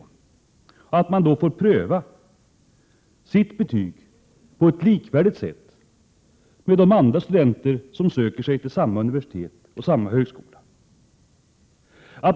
Man får då pröva sitt betyg på ett likvärdigt sätt med andra studenter som söker sig till samma universitet eller högskola.